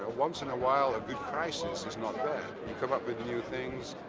ah once in a while, a good crisis is not bad. you come up with new things.